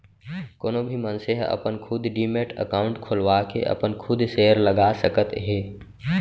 कोनो भी मनसे ह अपन खुद डीमैट अकाउंड खोलवाके अपन खुद सेयर लगा सकत हे